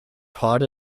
called